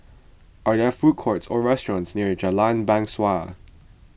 are there food courts or restaurants near Jalan Bangsawan